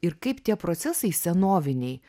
ir kaip tie procesai senoviniai